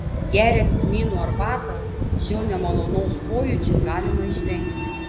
geriant kmynų arbatą šio nemalonaus pojūčio galima išvengti